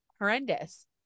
horrendous